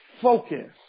Focus